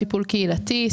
טיפול קהילתי,